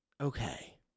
Okay